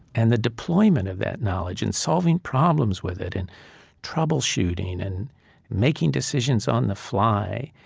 and the deployment of that knowledge, and solving problems with it, and troubleshooting, and making decisions on the fly.